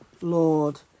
Lord